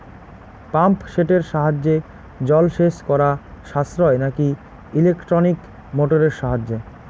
Pump সেটের সাহায্যে জলসেচ করা সাশ্রয় নাকি ইলেকট্রনিক মোটরের সাহায্যে?